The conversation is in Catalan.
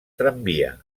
tramvia